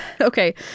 okay